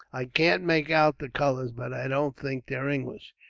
i can't make out the colours, but i don't think they're english.